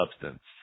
substance